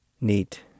neat